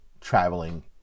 traveling